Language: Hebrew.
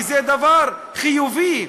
כי זה דבר חיובי.